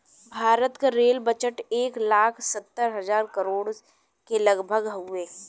भारत क rail budget एक लाख सत्तर हज़ार करोड़ के लगभग हउवे